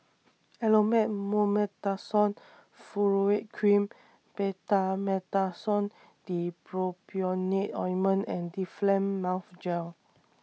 Elomet Mometasone Furoate Cream Betamethasone Dipropionate Ointment and Difflam Mouth Gel